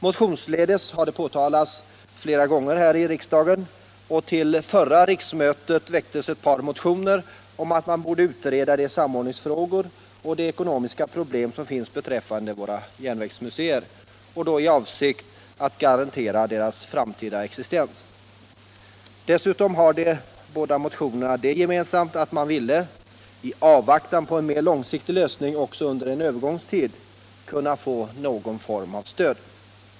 Motionsledes har det påtalats flera gånger här i riksdagen, och till förra riksmötet väcktes ett par motioner om att man borde utreda de samordningsfrågor och de ekonomiska problem som finns beträffande våra järnvägsmuseer, i avsikt att garantera deras framtida existens. Dessutom hade de båda motionerna det gemensamt att man ville — i avvaktan på en mer långsiktig lösning — också under en övergångstid kunna få någon form av stöd.